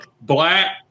black